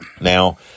Now